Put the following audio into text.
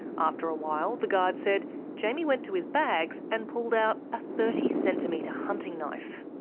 after a while, the guard said jaimie went to his bags and pulled out a thirty centimetre hunting knife.